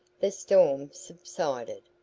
the storm subsided.